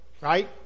Right